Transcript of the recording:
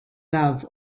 love